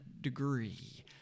degree